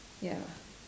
ya